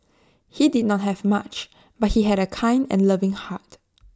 he did not have much but he had A kind and loving heart